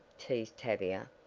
teased tavia,